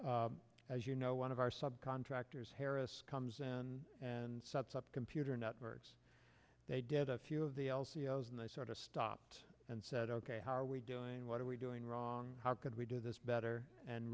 as you know one of our subcontractors harris comes and and sub sub computer networks they did a few of the l c s and they sort of stopped and said ok how are we doing what are we doing wrong how could we do this better and